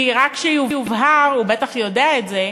רק שיובהר, הוא בטח יודע את זה,